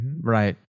Right